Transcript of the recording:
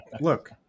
look